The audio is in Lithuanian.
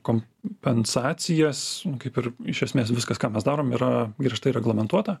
kompensacijas kaip ir iš esmės viskas ką mes darom yra griežtai reglamentuota